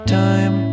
time